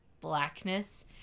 blackness